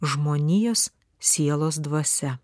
žmonijos sielos dvasia